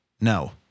no